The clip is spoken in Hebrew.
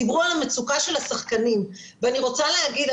דיברו על המצוקה של השחקנים ואני רוצה להגיד,